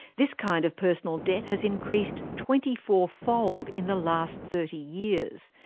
this kind of personal debt has increased twenty four fold in the last thirty years,